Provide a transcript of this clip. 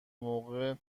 موقع